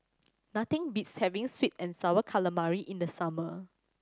nothing beats having sweet and Sour Calamari in the summer